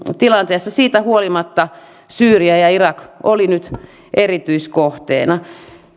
tilanteessa siitä huolimatta syyria ja irak olivat nyt erityiskohteina